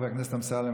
חבר הכנסת אמסלם,